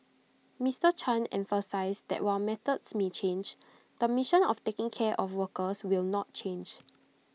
Mister chan emphasised that while methods may change the mission of taking care of workers will not change